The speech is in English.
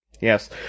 Yes